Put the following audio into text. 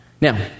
Now